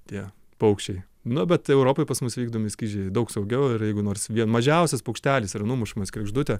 tie paukščiai nu bet europoj pas mus vykdomi skrydžiai daug saugiau ir jeigu nors mažiausias paukštelis yra numušamas kregždutė